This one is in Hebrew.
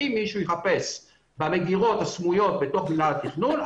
אם מישהו יחפש במגירות הסמויות בתוך מנהל התכנון הוא